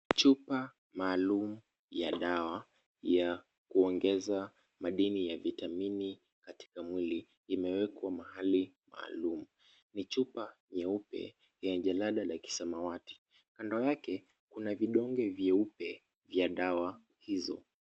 Chupa maalum ya dawa ya kuongeza madini ya vitamini katika mwili imewekwa mahali maalum. Ni chupa nyeupe yenye jalada ya kisamawati. Kando yake kuna vidonge vyeupe vya dawa hizo.